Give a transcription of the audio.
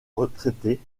retraité